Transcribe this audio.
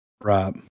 Right